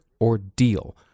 ordeal